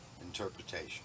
Interpretation